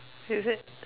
is it